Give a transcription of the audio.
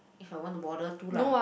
if I want to bother to lah